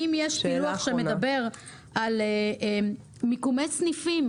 האם יש פילוח שמדבר על מיקומי סניפים